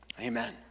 Amen